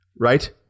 Right